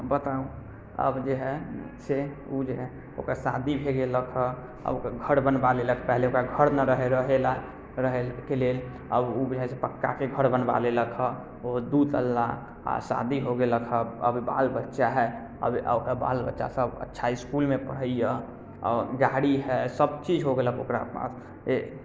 बताउ अब जे है से ओ जे है ओकरा शादी भऽ गेलक है आ ओ घर बनबा लेलक है पहले ओकरा घर नहि रहै रहै लए रहैके लेल अब ओ जे है से पक्काके घर बनबा लेलक है ओहो दू तल्ला आ शादी हो गेलक है अब बाल बच्चा है अब ओकरा बाल बच्चा सभ अच्छा इसकुलमे पढ़ैया आओर गाड़ी है सभ चीज हो गेलक ओकरा पास